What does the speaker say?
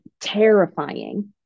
terrifying